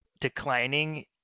declining